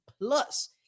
plus